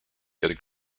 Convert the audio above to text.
yet